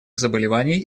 заболеваний